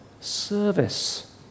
service